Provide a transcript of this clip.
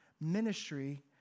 ministry